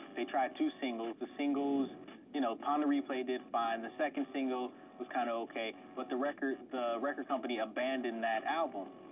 they tried two singles. the singles you know, pon de replay did fine. the second single was kind of okay. but the record the record company abandoned that album,